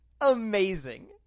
amazing